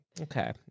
okay